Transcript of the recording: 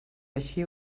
així